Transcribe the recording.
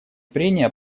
прения